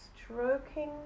stroking